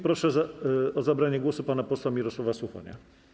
Proszę o zabranie głosu pana posła Mirosława Suchonia.